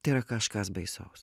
tai yra kažkas baisaus